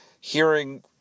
hearing